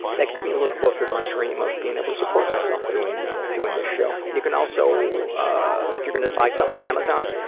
that gets me a little closer to my dream of being able to support myself doing doing this show. you can also ah if you're gonna buy something at amazon,